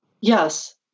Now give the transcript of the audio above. Yes